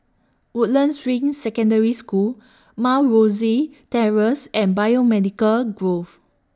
Woodlands Ring Secondary School Mount Rosie Terrace and Biomedical Grove